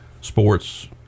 sports